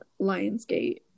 Lionsgate